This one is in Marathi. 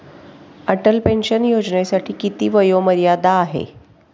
अटल पेन्शन योजनेसाठी किती वयोमर्यादा आहे?